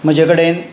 म्हजे कडेन